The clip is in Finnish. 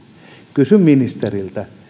kysyn ministeriltä